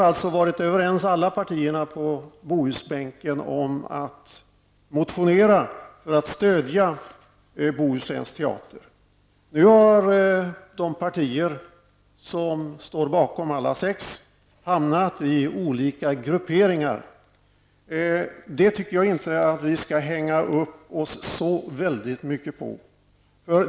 Alla partier på Bohusbänken har varit överens om att motionera för att stödja länsteatern i Bohuslän. Nu har de sex partier som står bakom detta hamnat i olika grupperingar. Det tycker jag inte att vi skall hänga upp oss så väldigt mycket på.